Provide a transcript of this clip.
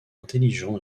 intelligent